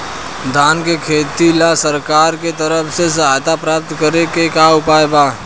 धान के खेती ला सरकार के तरफ से सहायता प्राप्त करें के का उपाय बा?